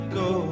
go